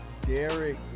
derek